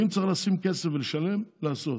אם צריך, לשים כסף ולשלם, לעשות.